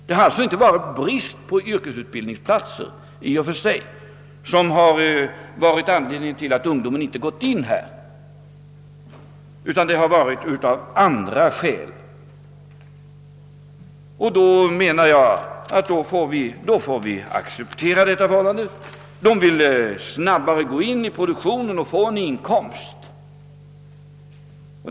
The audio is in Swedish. Det har alltså inte varit brist på yrkesutbildningsplatser i och för sig som varit anledningen till att ungdomarna inte gått in här, utan det har varit av andra skäl som de inte gjort det. Vi får acceptera detta förhållande. Ungdomen vill snabbare gå in i produktionen och få en inkomst.